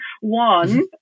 one